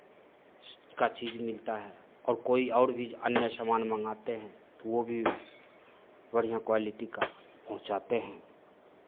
का चीज़ मिलता है और कोई और भी अन्य सामान मंगाते हैं तो वो भी बढ़ियाँ क्वालिटी का पहुँचाते हैं